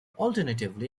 alternatively